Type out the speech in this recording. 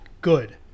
good